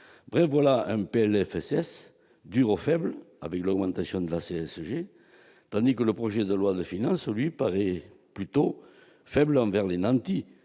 ben voilà un PLFSS dure aux faibles avec l'augmentation de la CSG, panique, le projet de loi de finances sur lui paraît plutôt faible envers les nantis